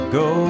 go